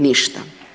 Ništa.